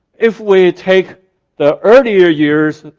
if we take the earlier years,